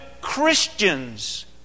Christians